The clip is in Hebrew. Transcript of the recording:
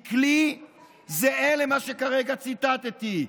היא כלי זהה למה שכרגע ציטטתי.